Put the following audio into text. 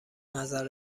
نظر